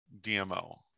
DMO